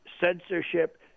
Censorship